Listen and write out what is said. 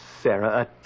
Sarah